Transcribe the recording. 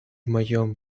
моем